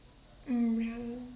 mm ya lor